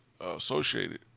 associated